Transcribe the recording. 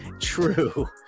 True